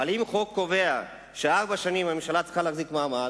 אבל אם החוק קובע שארבע שנים הממשלה צריכה להחזיק מעמד,